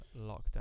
lockdown